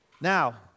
Now